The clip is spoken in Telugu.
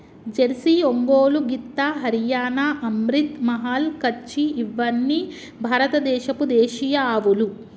జెర్సీ, ఒంగోలు గిత్త, హరియాణా, అమ్రిత్ మహల్, కచ్చి ఇవ్వని భారత దేశపు దేశీయ ఆవులు